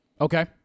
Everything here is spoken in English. Okay